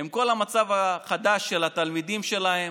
עם כל המצב החדש של התלמידים שלהם,